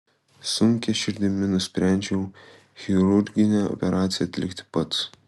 sunkia širdimi nusprendžiau chirurginę operaciją atlikti pats